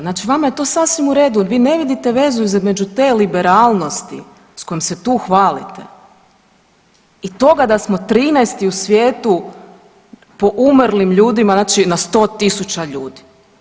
Znači vama je to sasvim u redu, vi ne vidite vezu između te liberalnosti s kojom se tu hvalite i toga da smo 13-ti u svijetu po umrlim ljudima znači na 100.000 ljudi.